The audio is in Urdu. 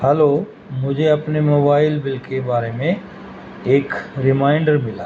ہلو مجھے اپنے موبائل بل کے بارے میں ایک ریمائنڈر ملا